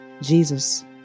Jesus